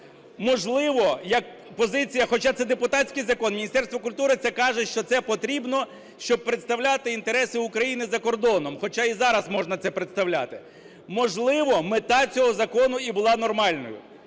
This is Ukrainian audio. Можливо, як позиція, хоча це депутатський закон, Міністерство культури це каже, що це потрібно, щоб представляти інтереси України за кордоном, хоча і зараз можна це представляти. Можливо, мета цього закону і була нормальною,